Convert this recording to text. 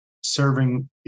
serving